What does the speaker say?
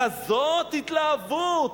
כזאת התלהבות,